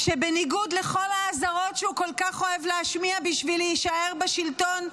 שבניגוד לכל האזהרות שהוא כל כך אוהב להשמיע בשביל להישאר בשלטון,